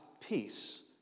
peace